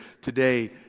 today